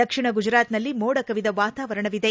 ದಕ್ಷಿಣ ಗುಜರಾತ್ನಲ್ಲಿ ಮೋಡ ಕವಿದ ವಾತಾವರಣವಿದೆ